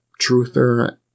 truther